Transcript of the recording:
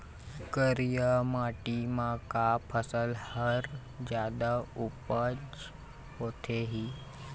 करिया माटी म का फसल हर जादा उपज होथे ही?